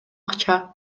акча